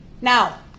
Now